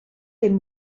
dim